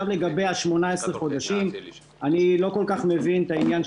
לגבי ה-18 חודשים אני לא כל כך מבין את העניין,